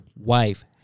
wife